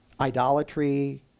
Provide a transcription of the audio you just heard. Idolatry